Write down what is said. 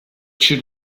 should